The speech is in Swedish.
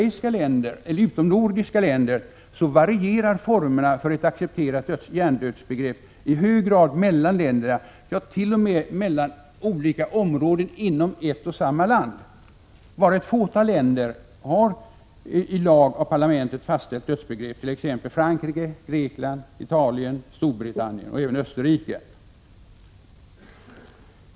I utomnordiska länder varierar formerna för ett accepterat hjärndödsbegreppi hög grad mellan länderna, t.o.m. olika områden inom ett och samma land. Bara ett fåtal länder har ett i lag stiftat, av parlamentet fastställt dödsbegrepp, t.ex. Frankrike, Grekland, Italien, Storbritannien och även Österrike.